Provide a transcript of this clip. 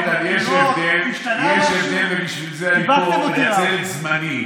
איתן, יש הבדל, ובשביל זה אני פה מנצל את זמני.